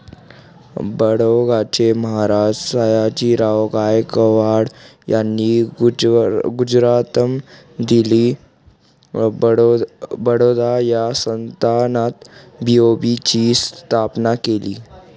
बडोद्याचे महाराज सयाजीराव गायकवाड यांनी गुजरातमधील बडोदा या संस्थानात बी.ओ.बी ची स्थापना केली